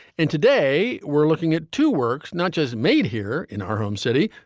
and today, we're looking at two works not just made here in our home city,